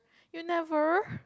you never